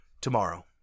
tomorrow